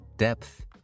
depth